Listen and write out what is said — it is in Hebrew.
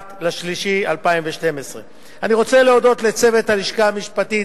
למרס 2012. אני רוצה להודות לצוות הלשכה המשפטית,